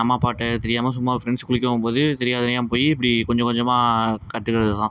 அம்மா அப்பாகிட்ட தெரியாமல் சும்மா ஃப்ரெண்ட்ஸ் குளிக்க போகும் போது தெரியாம தனியாக போய் இப்படி கொஞ்சம் கொஞ்சமாக கற்றுக்கறது தான்